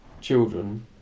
children